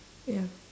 ya